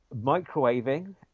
microwaving